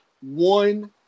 one